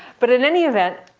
but in any event,